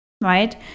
right